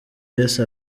yesu